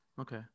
Okay